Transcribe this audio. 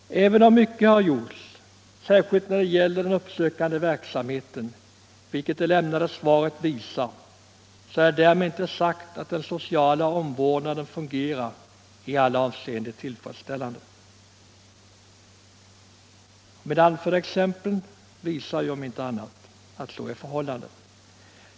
Även om mycket gjorts, särskilt när det gäller den uppsökande verksamheten, vilket det lämnade svaret visar, så är därmed inte sagt att den sociala omvårdnaden fungerar i alla avseenden tillfredsställande. De anförda exemplen visar om inte annat att så är förhållandet.